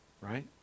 right